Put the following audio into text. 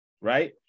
right